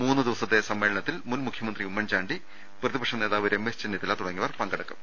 മൂന്നു ദിവസത്തെ സമ്മേളനത്തിൽ മുൻ മുഖ്യമന്ത്രി ഉമ്മൻ ചാണ്ടി പ്രതിപക്ഷ നേതാവ് രമേശ് ചെന്നിത്തല തുടങ്ങിയവർ പങ്കെടുക്കും